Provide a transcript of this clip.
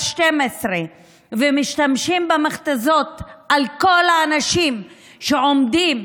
12 ומשתמשים במכת"זיות על כל האנשים שעומדים,